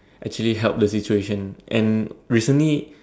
actually help the situation and recently